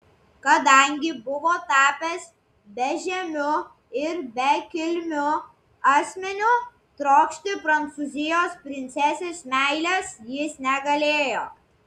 kadangi buvo tapęs bežemiu ir bekilmiu asmeniu trokšti prancūzijos princesės meilės jis negalėjo